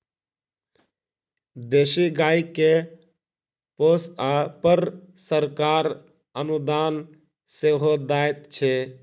देशी गाय के पोसअ पर सरकार अनुदान सेहो दैत छै